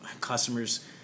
customers